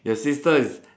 your sister is